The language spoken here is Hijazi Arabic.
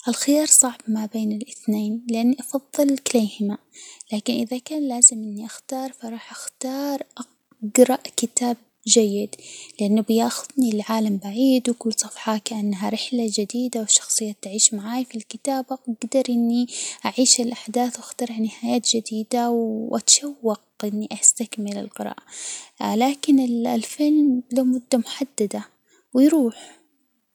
الخيار صعب ما بين الاثنين لإني أفضل كليهما، لكن إذا كان لازم إني أختار فراح أختار أجرأ كتاب جيد، لأنه بياخذني لعالم بعيد، وكل صفحة كإنها رحلة جديدة وشخصية تعيش معاي في الكتابة، أجدر أعيش الأحداث وأخترع نهايات جديدة وأتشوق إني أستكمل القراءة، لكن الفيلم له مدة محددة ويروح.